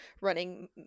running